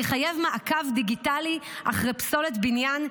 יחייב מעקב דיגיטלי אחרי פסולת בניין,